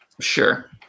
Sure